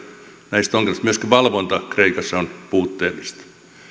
näistä ongelmista myöskin valvonta kreikassa on puutteellista